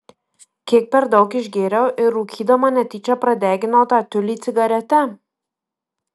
kiek per daug išgėriau ir rūkydama netyčia pradeginau tą tiulį cigarete